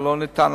ולא ניתן,